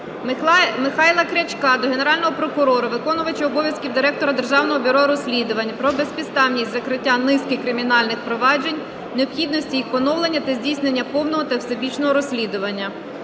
Михайла Крячка до Генерального прокурора, виконувача обов'язків Директора Державного бюро розслідувань про безпідставність закриття низки кримінальних проваджень, необхідності їх поновлення та здійснення повного та всебічного розслідування